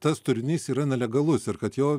tas turinys yra nelegalus ir kad jo